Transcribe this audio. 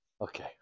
Okay